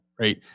right